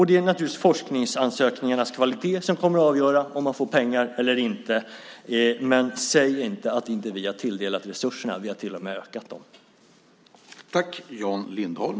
Det är forskningsansökningarnas kvalitet som kommer att avgöra om man får pengar eller inte, men säg inte att vi inte har tilldelat resurser när vi till och med har ökat dem.